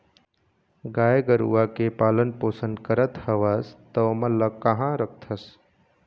गाय गरुवा के पालन पोसन करत हवस त ओमन ल काँहा रखथस?